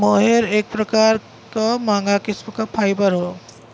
मोहेर एक प्रकार क महंगा किस्म क फाइबर हौ